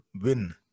win